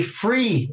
free